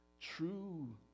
True